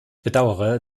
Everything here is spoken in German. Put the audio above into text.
bedauere